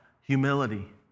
Humility